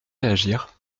réagir